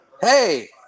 Hey